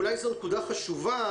אולי זו נקודה חשובה,